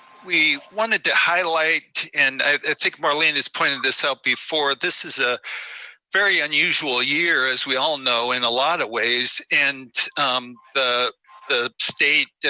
we wanted to highlight, and i think marlene has pointed this out before, this is a very unusual year as we all know, in a lot of ways, and the the state,